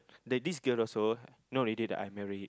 the this girl also not ready the under red hip